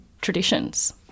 traditions